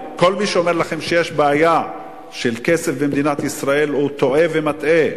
כל מי שאומר לכם שיש בעיה של כסף במדינת ישראל הוא טועה ומטעה.